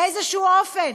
באיזשהו אופן,